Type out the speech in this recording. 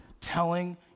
telling